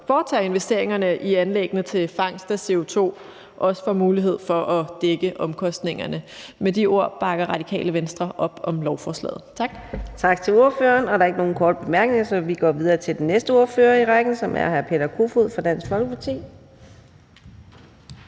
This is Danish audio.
foretager investeringerne i anlæggene til fangst af CO2, også får mulighed for at dække omkostningerne. Med de ord bakker Radikale Venstre op om lovforslaget. Tak. Kl. 18:36 Fjerde næstformand (Karina Adsbøl): Tak til ordføreren. Der er ikke nogen korte bemærkninger, så vi går videre til den næste ordfører i rækken, som er hr. Peter Kofod fra Dansk Folkeparti.